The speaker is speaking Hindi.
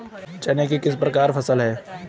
चना किस प्रकार की फसल है?